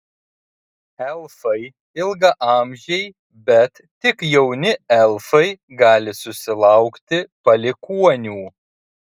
elfai ilgaamžiai bet tik jauni elfai gali susilaukti palikuonių